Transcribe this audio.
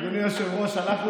אדוני היושב-ראש, הלכנו